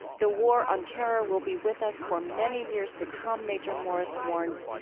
the war on terror will be with us for many years to come, major morris warns,